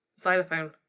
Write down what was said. xylophone.